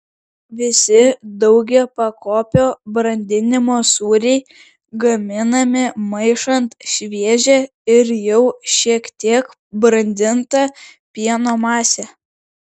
visi daugiapakopio brandinimo sūriai gaminami maišant šviežią ir jau šiek tiek brandintą pieno masę